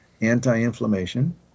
Anti-inflammation